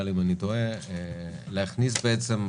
הנחה בארנונה.